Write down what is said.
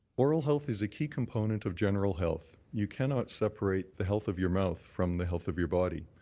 oral health is a key component of general health. you cannot separate the health of your mouth from the health of your body.